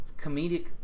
comedic